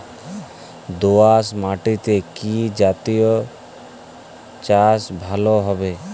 দোয়াশ মাটিতে কি জাতীয় চাষ ভালো হবে?